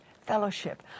fellowship